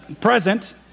Present